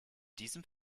diesem